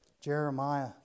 Jeremiah